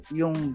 yung